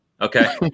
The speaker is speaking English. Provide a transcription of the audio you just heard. Okay